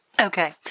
Okay